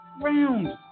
round